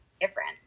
different